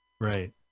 Right